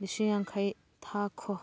ꯂꯤꯁꯤꯡ ꯌꯥꯡꯈꯩ ꯊꯥꯈꯣ